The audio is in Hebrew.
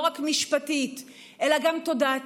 לא רק משפטית אלא גם תודעתית,